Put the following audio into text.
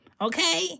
okay